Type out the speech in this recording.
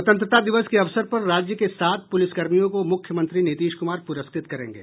स्वतंत्रता दिवस के अवसर पर राज्य के सात पुलिसकर्मियों को मुख्यमंत्री नीतीश कुमार पुरस्कृत करेंगे